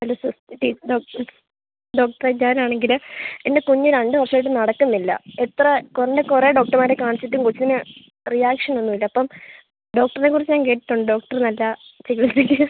എൻ്റെ ഡോക്ടർ ഡോക്ടറേ ഞാനാണെങ്കിൽ എൻ്റെ കുഞ്ഞ് രണ്ട് വർഷം ആയിട്ട് നടക്കുന്നില്ല എത്ര കൊണ്ട് കുറേ ഡോക്ടർമാരെ കാണിച്ചിട്ടും കൊച്ചിന് റിയാക്ഷനൊന്നും ഇല്ല ഇപ്പം ഡോക്ടറേയും കുറിച്ച് ഞാൻ കേട്ടിട്ടുണ്ട് ഡോക്ടർ നല്ല ചികിൽസയ്ക്ക്